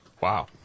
Wow